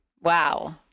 Wow